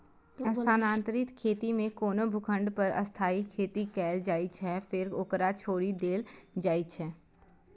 स्थानांतरित खेती मे कोनो भूखंड पर अस्थायी खेती कैल जाइ छै, फेर ओकरा छोड़ि देल जाइ छै